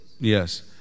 Yes